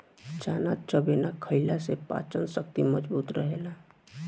चना चबेना खईला से पाचन शक्ति मजबूत रहेला